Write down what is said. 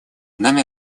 нами